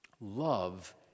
love